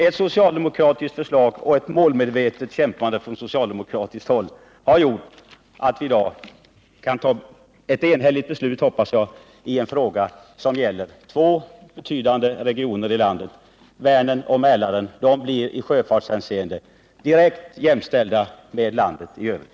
Jag hoppas att vårt förslag och vår målmedvetna kamp från socialdemokratiskt håll i dag skall leda till ett enhälligt beslut i en fråga som är så viktig för två betydande regioner i landet, Vänerområdet och Mälarområdet. Dessa områden kommer därigenom att i sjöfartshänseende bli direkt jämställda med landet i övrigt.